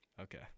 Okay